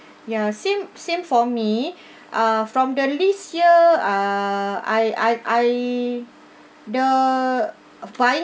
ya same same for me ah from the list here ah I I I the of buying